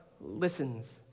listens